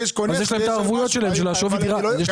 כי יש קונה --- אז יש להם את הערבויות של שווי דירה חדשה.